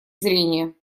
зрения